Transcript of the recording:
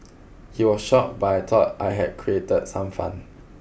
he was shocked but I thought I had create some fun